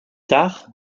tard